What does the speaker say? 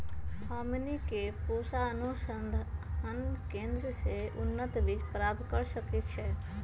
हमनी के पूसा अनुसंधान केंद्र से उन्नत बीज प्राप्त कर सकैछे?